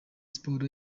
sports